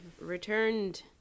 returned